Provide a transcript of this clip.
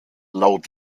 laut